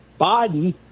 Biden